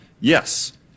yes